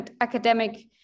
academic